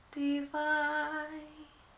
divine